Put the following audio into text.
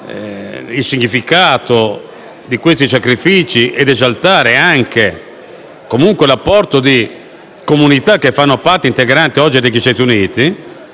il significato dei sacrifici ed esaltando comunque l'apporto delle comunità che fanno parte integrante oggi degli Stati Uniti,